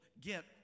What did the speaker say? get